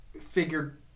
figured